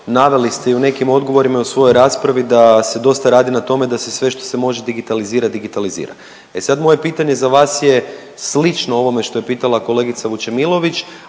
naveli ste i u nekim odgovorima i u svojoj raspravi da se dosta radi na tome da se sve što se može digitalizirati digitalizira. E sad moje pitanje za vas je slično ovome što je pitala kolegica Vučemilović,